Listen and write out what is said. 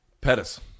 Pettis